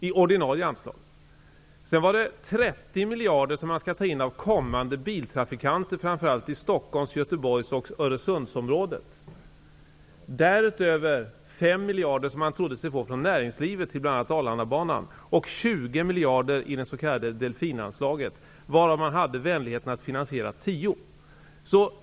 Sedan var det 30 miljarder som man skall ta in av kommande biltrafikanter, framför allt i Stockholms-, Göteborgs och Öresundsområdet. Därutöver trodde man sig få 5 miljarder från näringslivet till bl.a. Arlandabanan, och 20 miljarder i det s.k. delfinanslaget, varav man hade vänligheten att finansiera 10 miljarder.